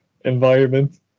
environment